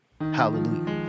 Hallelujah